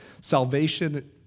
Salvation